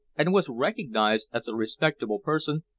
and was recognized as a respectable person,